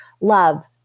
love